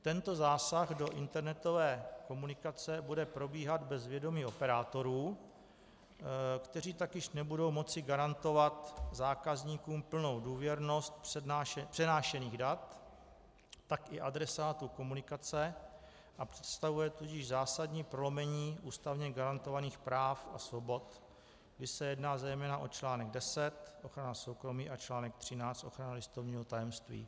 Tento zásah do internetové komunikace bude probíhat bez vědomí operátorů, kteří tak již nebudou moci garantovat zákazníkům plnou důvěrnost přenášených dat, tak i adresátů komunikace, a představuje tudíž zásadní prolomení ústavně garantovaných práv a svobod, kdy se jedná zejména o článek 10 Ochrana soukromí a článek 13 Ochrana listovního tajemství.